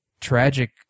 tragic